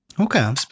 okay